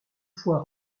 fois